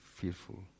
fearful